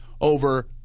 over